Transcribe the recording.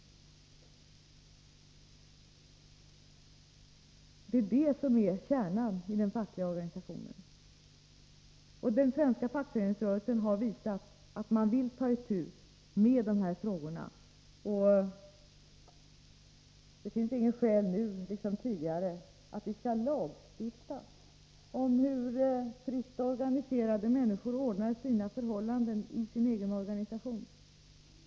Det är det som är kärnan i den fackliga organisationen. Den svenska fackföreningsrörelsen har visat att den vill ta itu med dessa frågor. Det finns inget skäl nu — liksom det inte har funnits det tidigare — för att vi skall lagstifta om hur fritt organiserade människor skall ordna förhållandena i sin egen organisation.